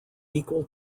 equal